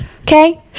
okay